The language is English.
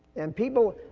and people,